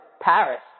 Paris